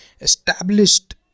Established